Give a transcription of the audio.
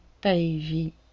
baby